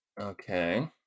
Okay